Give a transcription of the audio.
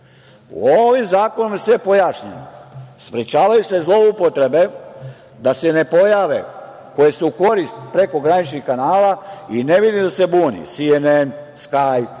šta. Ovim zakonom je sve pojašnjeno – sprečavaju zloupotrebe, da se ne pojave, koje su u korist prekograničnih kanala i ne vidim da se buni „SNN“, „Skaj“,